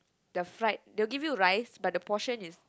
the fried they'll give you rice but the portion is